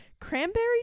cranberry